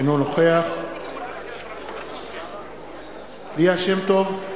אינו נוכח ליה שמטוב,